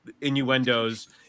innuendos